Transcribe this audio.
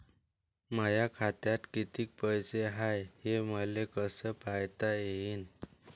माया खात्यात कितीक पैसे हाय, हे मले कस पायता येईन?